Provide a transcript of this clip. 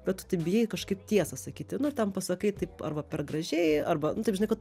bet tu taip bijai kažkaip tiesą sakyti nu ir ten pasakai taip arba per gražiai arba nu taip žinai kad